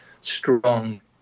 strong